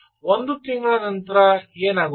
ಒಂದು ತಿಂಗಳ ನಂತರ ಏನಾಗುತ್ತದೆ